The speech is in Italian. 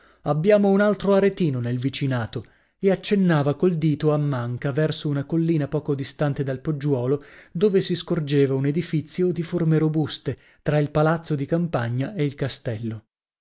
abbiamo un altro aretino nel vicinato e accennava col dito a manca verso una collina poco distante dal poggiuolo dove si scorgeva un edifizio di forme robuste tra il palazzo di campagna e il castello